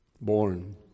born